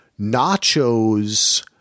Nacho's –